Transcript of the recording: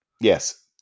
Yes